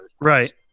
right